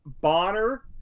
Bonner